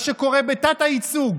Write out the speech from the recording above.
מה שקורה בתת-הייצוג,